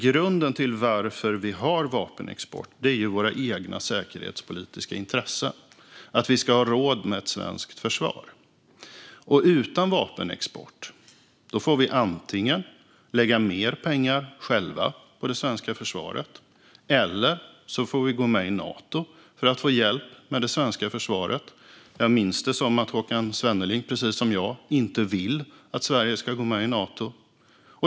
Grunden till att vi har vapenexport är ju våra egna säkerhetspolitiska intressen, att vi ska ha råd med ett svenskt försvar. Utan vapenexport får vi antingen lägga mer pengar själva på det svenska försvaret eller gå med i Nato för att få hjälp med det svenska försvaret. Jag minns det som att Håkan Svenneling precis som jag inte vill att Sverige ska gå med i Nato.